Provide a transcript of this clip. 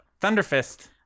Thunderfist